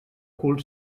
cul